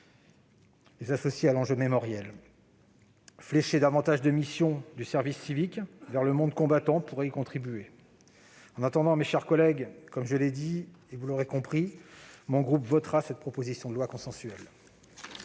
en général, à l'enjeu mémoriel. Flécher davantage de missions du service civique vers le monde combattant pourrait y contribuer. En attendant, mes chers collègues, comme je l'ai dit, mon groupe votera cette proposition de loi consensuelle.